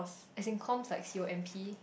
as in comp's like C_O_M_P